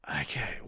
Okay